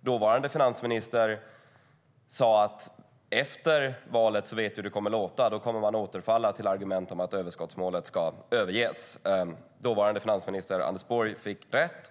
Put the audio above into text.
Dåvarande finansministern sa att vi vet hur det kommer att låta efter valet. Då kommer man att återfalla till argument om att överskottsmålet ska överges. Dåvarande finansminister Anders Borg fick rätt.